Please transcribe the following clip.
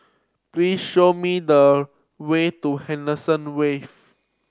please show me the way to Henderson Wave